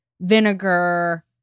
vinegar